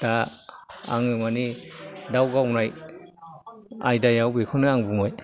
दा आङो मानि दाव गावनाय आयदायाव बेखौनो आं बुंबाय